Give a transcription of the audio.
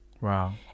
Wow